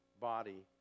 body